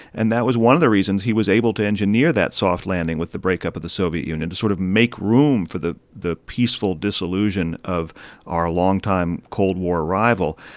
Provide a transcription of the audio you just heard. and that was one of the reasons he was able to engineer that soft landing with the breakup of the soviet union, to sort of make room for the the peaceful disillusion of our longtime cold war rival